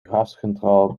gascentrale